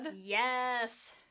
Yes